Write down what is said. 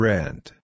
Rent